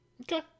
Okay